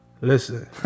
Listen